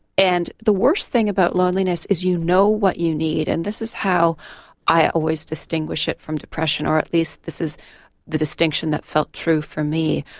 and the worst thing about loneliness is you know what you need and this is how i always distinguish it from depression or at least this is the distinction that felt true for me.